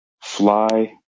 fly